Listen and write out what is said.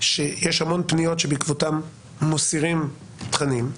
שיש המון פניות שבעקבותיהן מסירים תכנים,